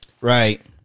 right